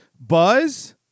Buzz